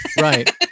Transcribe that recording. Right